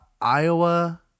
Iowa